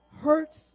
Hurts